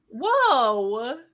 Whoa